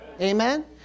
Amen